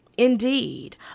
Indeed